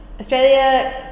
Australia